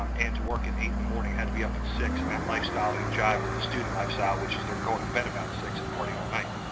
um and to work at eight in the morning, had to be up at six, and that lifestyle didn't jive with the student lifestyle, which is they're going to bed about six and partying all night.